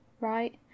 right